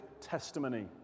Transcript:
testimony